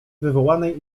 wywołanej